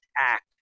act